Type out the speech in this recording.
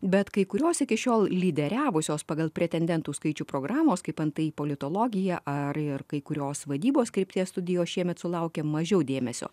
bet kai kurios iki šiol lyderiavusios pagal pretendentų skaičių programos kaip antai į politologiją ar ir kai kurios vadybos krypties studijos šiemet sulaukė mažiau dėmesio